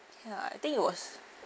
ya I think it was